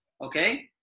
okay